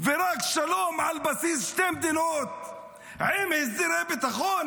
ורק שלום על בסיס שתי מדינות עם הסדרי ביטחון,